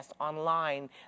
online